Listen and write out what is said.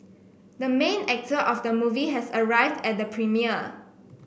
the main actor of the movie has arrived at the premiere